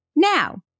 Now